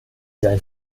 sein